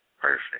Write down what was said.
Perfect